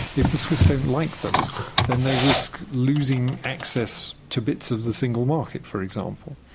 if the swiss don't like them then they risk losing access to bits of the single market, for example.